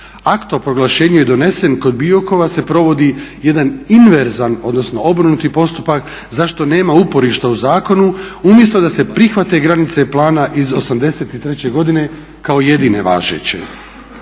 Akt o proglašenju je donesen, kod Biokova se provodi jedan inverzan, odnosno obrnuti postupak zašto nema uporišta u zakonu umjesto da se prihvate granice plana iz '83. kao jedine važeće.